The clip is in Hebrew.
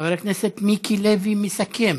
חבר הכנסת מיקי לוי מסכם.